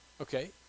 Okay